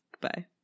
Goodbye